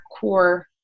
core